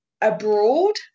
abroad